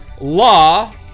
law